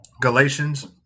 Galatians